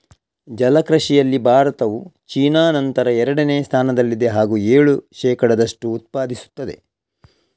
ಜಲ ಕೃಷಿಯಲ್ಲಿ ಭಾರತವು ಚೀನಾದ ನಂತರ ಎರಡನೇ ಸ್ಥಾನದಲ್ಲಿದೆ ಹಾಗೂ ಏಳು ಶೇಕಡದಷ್ಟು ಉತ್ಪಾದಿಸುತ್ತದೆ